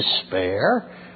Despair